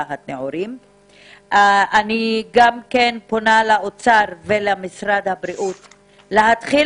אני פונה לאוצר ולמשרד הבריאות להתחיל